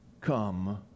come